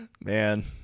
man